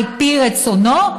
על פי רצונו,